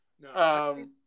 No